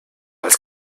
als